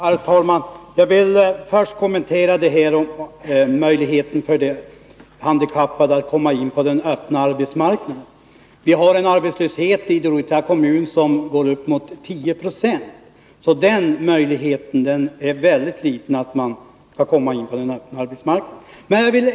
Herr talman! Jag vill först kommentera detta om möjligheten för de handikappade att komma in på den öppna arbetsmarknaden. Vi har i Dorotea kommun en arbetslöshet som går upp mot 10 26, så möjligheten för de handikappade att komma in på den öppna arbetsmarknaden är väldigt liten.